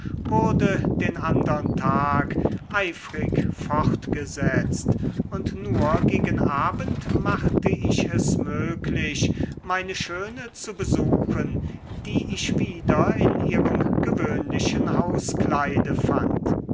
wurde den andern tag eifrig fortgesetzt und nur gegen abend machte ich es möglich meine schöne zu besuchen die ich wieder in ihrem gewöhnlichen hauskleide fand